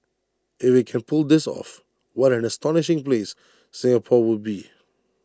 if IT can pull this off what an astonishing place Singapore would be